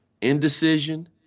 Indecision